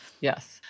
Yes